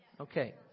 Okay